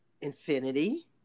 infinity